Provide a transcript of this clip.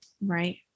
Right